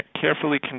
carefully